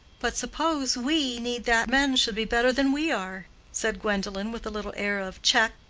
but suppose we need that men should be better than we are, said gwendolen with a little air of check!